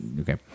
Okay